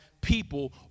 people